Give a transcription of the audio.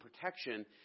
protection